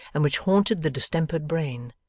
and which haunted the distempered brain,